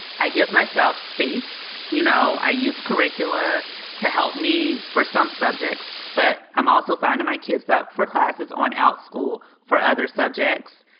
i give myself space. you know, i use curricula to help me for some subjects, but i'm also signing my kids up for classes on out school, for other subjects.